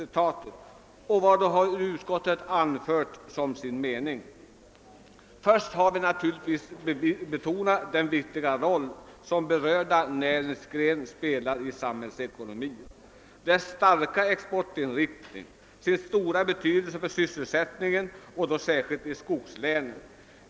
Vilka motiv har utskottet anfört för detta? Vi har först och främst betonat den viktiga roll som berörda näringsgren spelar i samhällsekonomin, dess starka exportinriktning och dess stora betydelse för sysselsättningen i skogslänen.